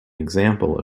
example